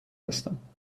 هستند